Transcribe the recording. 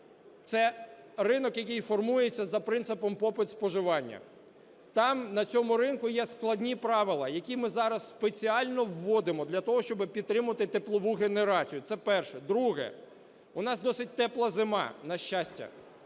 це ринок, який формується за принципом: попит-споживання. Там, на цьому ринку, є складні правила, які ми зараз спеціально вводимо для того, щоб підтримати теплову генерацію. Це перше. Друге. У нас досить тепла зима, на щастя,